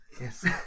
Yes